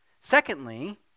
Secondly